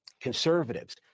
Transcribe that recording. conservatives